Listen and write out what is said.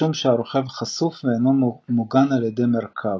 משום שהרוכב חשוף ואינו מוגן על ידי מרכב,